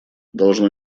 должно